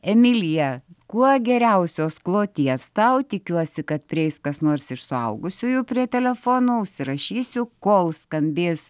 emilija kuo geriausios kloties tau tikiuosi kad prieis kas nors iš suaugusiųjų prie telefono užsirašysiu kol skambės